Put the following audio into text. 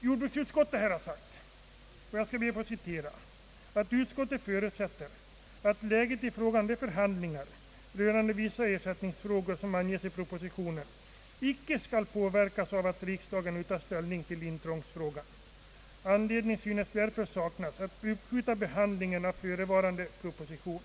Jordbruksutskottet uttalar följande: » Utskottet förutsätter att läget i fråga om de förhandlingar rörande vissa ersättningsfrågor, som anges i propositionen, icke skall påverkas av att riksdagen nu tar ställning till intrångsfrågan. Anledning synes därför saknas att uppskjuta behandlingen av förevarande proposition.